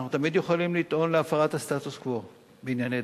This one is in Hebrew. אנחנו תמיד יכולים לטעון להפרת הסטטוס-קוו בענייני דת.